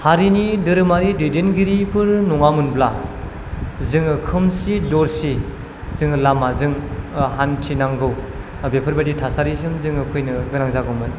हारिनि धोरोमारि दैदेनगिरिफोर नङामोनब्ला जोङो खोमसि दरसि जोङो लामाजों हान्थिनांगौ बेफोरबादि थासारिजों जोङो फैनो गोनां जागौमोन